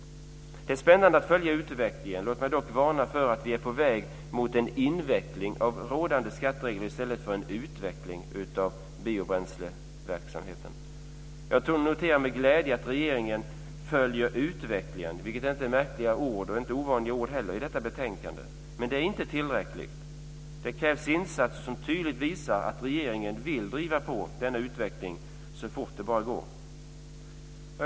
Det är spännande att följa utvecklingen. Låt mig dock varna för att vi är på väg mot en inveckling av rådande skatteregler i stället för en utveckling av biobränsleverksamheten. Jag noterar med glädje att regeringen följer utvecklingen. Det är inga märkliga ord, och inga ovanliga ord heller, i detta betänkande. Men det är inte tillräckligt. Det krävs insatser som tydligt visar att regeringen vill driva på denna utveckling så fort det bara går.